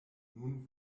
nun